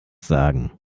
sagen